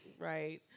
Right